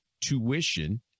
tuition